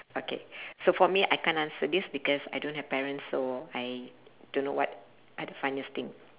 okay so for me I can't answer this because I don't have parents so I don't know what are the funniest thing